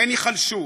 הן ייחלשו.